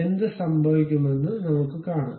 എന്ത് സംഭവിക്കുമെന്ന് നമുക്ക് കാണാം